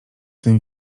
tym